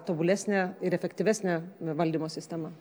tobulesnė ir efektyvesnė valdymo sistema